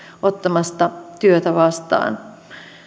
ottamasta työtä vastaan